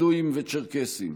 בדואים וצ'רקסים,